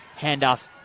handoff